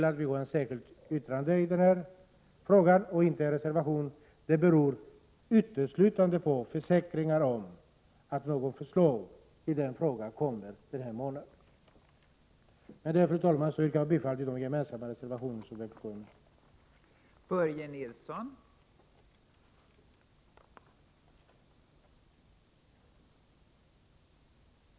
Att vi har ett särskilt yttrande i den frågan och inte en reservation beror uteslutande på försäkringar om att ett förslag kommer den här månaden. Fru talman! Jag yrkar bifall till de gemensamma reservationer som vpk är med på.